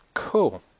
Cool